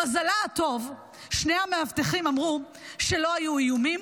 למזלה הטוב שני המאבטחים אמרו שלא היו איומים,